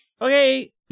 Okay